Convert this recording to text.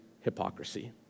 hypocrisy